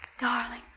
darling